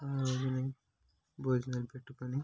ఆ రోజున భోజనాలు పెట్టుకొని